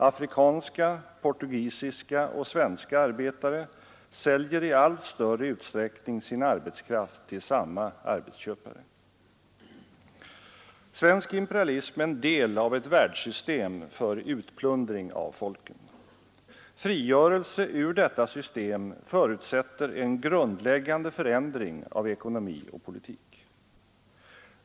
Afrikanska, portugisiska och svenska arbetare säljer i allt större utsträckning sin arbetskraft till samma arbetsköpare. Svensk imperialism är en del av ett världssystem för utplundring av folken. Frigörelse ur detta system förutsätter en grundläggande förändring av ekonomi och politik.